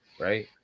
right